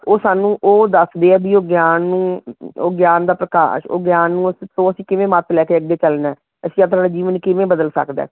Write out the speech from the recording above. ਉਹ ਸਾਨੂੰ ਉਹ ਦੱਸਦੇ ਹੈ ਵੀ ਉਹ ਗਿਆਨ ਨੂੰ ਉਹ ਗਿਆਨ ਦਾ ਪ੍ਰਕਾਸ਼ ਉਹ ਗਿਆਨ ਨੂੰ ਅਸੀਂ ਸੋਚ ਕਿਵੇਂ ਮਤ ਲੈ ਕੇ ਅੱਗੇ ਚੱਲਣਾ ਅਸੀਂ ਆਪਣਾ ਜੀਵਨ ਕਿਵੇਂ ਬਦਲ ਸਕਦਾ